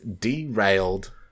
Derailed